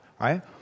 Right